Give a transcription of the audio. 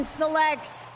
selects